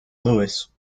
louis